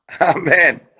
Amen